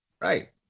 Right